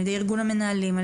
ארגון המנהלים,